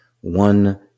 one